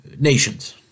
nations